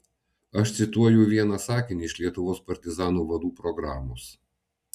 aš cituoju vieną sakinį iš lietuvos partizanų vadų programos